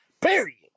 period